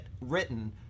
written